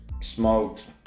smoked